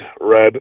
red